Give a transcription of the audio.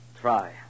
try